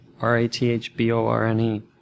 R-A-T-H-B-O-R-N-E